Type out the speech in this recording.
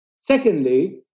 Secondly